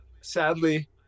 sadly